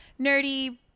nerdy